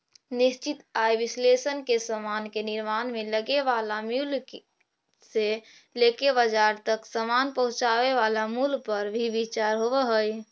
निश्चित आय विश्लेषण में समान के निर्माण में लगे वाला मूल्य से लेके बाजार तक समान पहुंचावे वाला मूल्य पर भी विचार होवऽ हई